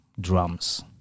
drums